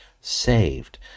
saved